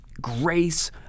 grace